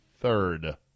third